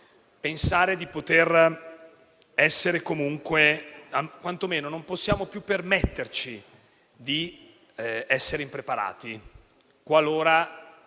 non possiamo più permetterci di essere impreparati qualora